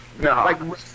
no